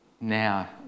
now